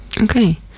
okay